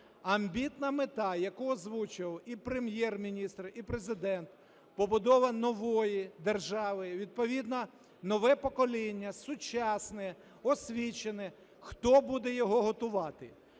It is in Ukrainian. Амбітна мета, яку озвучив і Прем'єр-міністр і Президент – побудова нової держави. Відповідно нове покоління – сучасне, освічене. Хто буде його готувати?